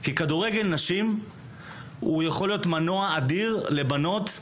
כי כדורגל נשים יכול להיות מנוע אדיר לבנות,